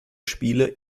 spiele